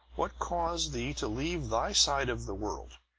what caused thee to leave thy side of the world?